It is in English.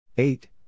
Eight